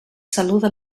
saluda